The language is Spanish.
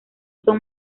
son